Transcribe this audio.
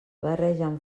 barregen